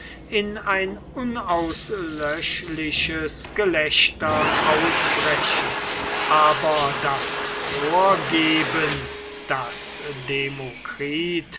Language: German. in ein unauslöschliches gelächter ausbrechen aber das vorgeben daß demokritus